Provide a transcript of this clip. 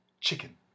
chicken